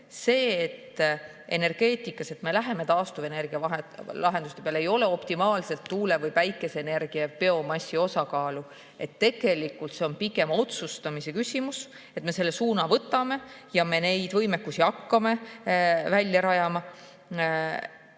et me energeetikas läheme taastuvenergialahenduste peale. Ei ole optimaalset tuule‑ või päikeseenergia ja biomassi osakaalu. Tegelikult on see pigem otsustamise küsimus, et me selle suuna võtame ja neid võimekusi hakkame rajama.